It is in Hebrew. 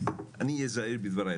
אני אהיה זהיר בדבריי,